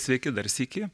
sveiki dar sykį